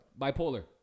Bipolar